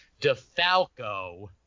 DeFalco